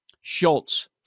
Schultz